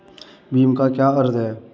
भीम का क्या अर्थ है?